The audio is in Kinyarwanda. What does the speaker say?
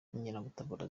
inkeragutabara